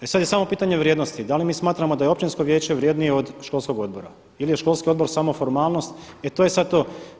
Sada je samo pitanje vrijednosti, da li mi smatramo da je općinsko vijeće vrijednije od školskog odbora ili je školski odbor samo formalnost, e to je sada to.